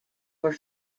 were